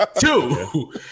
Two